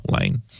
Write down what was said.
Lane